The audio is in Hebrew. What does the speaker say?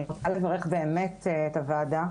אני שמחה לברך באמת את הוועדה.